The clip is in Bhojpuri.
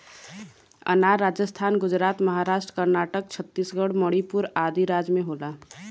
अनार राजस्थान गुजरात महाराष्ट्र कर्नाटक छतीसगढ़ मणिपुर आदि राज में होला